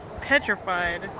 petrified